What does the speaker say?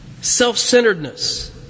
Self-centeredness